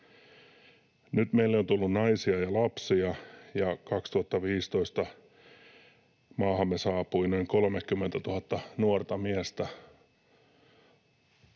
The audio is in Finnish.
Nyt meille on tullut naisia ja lapsia, ja 2015 maahamme saapui noin 30 000 nuorta miestä